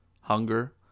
hunger